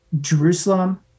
Jerusalem